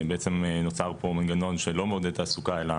בעצם נוצר פה מנגנון שלא מעודד תעסוקה, אלא